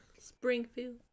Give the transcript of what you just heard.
Springfield